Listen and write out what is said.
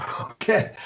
Okay